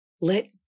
Let